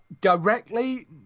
directly